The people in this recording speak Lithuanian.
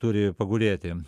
turi pagulėti